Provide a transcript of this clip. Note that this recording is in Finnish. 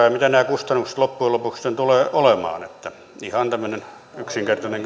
ja mitä nämä kustannukset loppujen lopuksi sitten tulevat olemaan ihan tämmöinen yksinkertainen